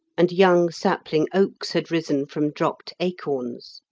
and young sapling oaks had risen from dropped acorns.